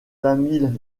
tamil